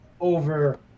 over